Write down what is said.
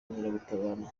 inkeragutabara